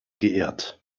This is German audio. geehrt